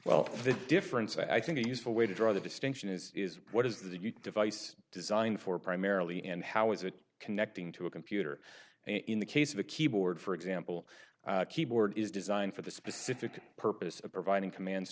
well the difference i think a useful way to draw the distinction is what is the device design for primarily and how is it connecting to a computer in the case of a keyboard for example keyboard is designed for the specific purpose of providing commands